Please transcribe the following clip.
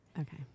okay